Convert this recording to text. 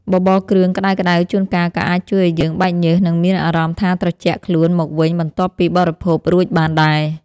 បបរគ្រឿងក្តៅៗជួនកាលក៏អាចជួយឱ្យយើងបែកញើសនិងមានអារម្មណ៍ថាត្រជាក់ខ្លួនមកវិញបន្ទាប់ពីបរិភោគរួចបានដែរ។